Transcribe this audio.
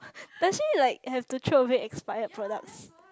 does she like have to throw away expired products